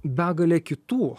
begalė kitų